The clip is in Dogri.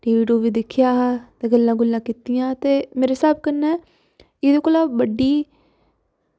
टी वी दिक्खेआ ते गल्लां कीत्तियां ते मेरे स्हाब कन्नै एह्दे कोला बड्डी खुशी